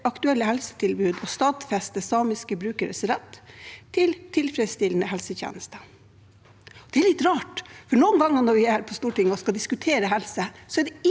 aktuelle helsetilbud og stadfester samiske brukeres rett til tilfredsstillende helsetjenester. Det er litt rart, for noen ganger når vi her på Stortinget